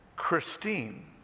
Christine